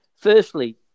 Firstly